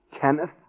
Kenneth